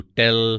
tell